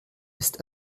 ist